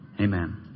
amen